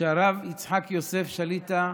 שהרב יצחק יוסף שליט"א